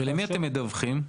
למי אתם מדווחים?